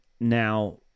now